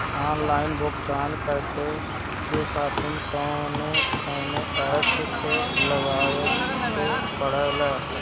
Online भुगतान करके के खातिर कौनो ऐप लेवेके पड़ेला?